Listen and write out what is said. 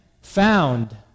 found